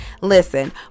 listen